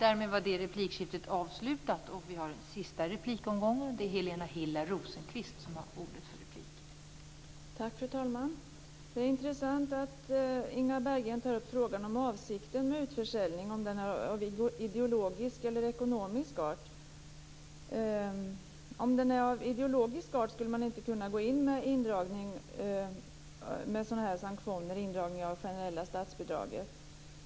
Fru talman! Det är intressant att Inga Berggren tar upp frågan om avsikten med utförsäljning, om den är av ideologisk eller av ekonomisk art. Om den är av ideologisk art skulle man inte kunna gå in med sådana här sanktioner, indragning av det generella statsbidraget.